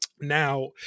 Now